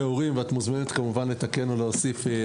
הורים והיועצת המשפטית מוזמנת כמובן לתקן או להוסיף.